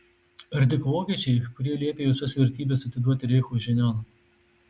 ar tik vokiečiai kurie liepė visas vertybes atiduoti reicho žinion